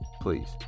please